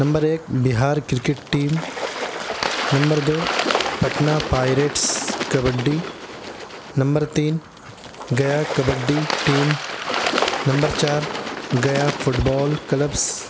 number ایک Bihar cricket team number دو Patna Pirates kabaddi number تین گیا کبڈی ٹیم نمبر چار گیا فٹبال کلبس